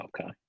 Okay